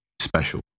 special